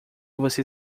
você